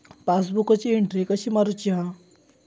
पासबुकाची एन्ट्री कशी मारुची हा?